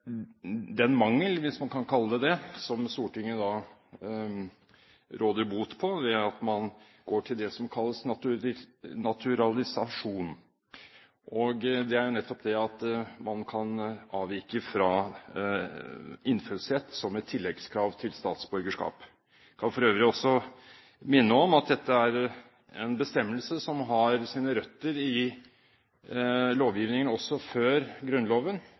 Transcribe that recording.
Det er den mangel – hvis man kan kalle det det – som Stortinget da råder bot på, ved at man går til det som kalles naturalisasjon, og det er nettopp det at man kan avvike fra innfødsrett som et tilleggskrav utover statsborgerskap. Jeg kan for øvrig også minne om at dette er en bestemmelse som har sine røtter i lovgivningen før Grunnloven